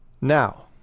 Now